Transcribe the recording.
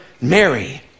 mary